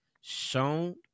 shown